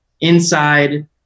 inside